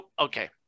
okay